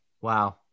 Wow